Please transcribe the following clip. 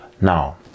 now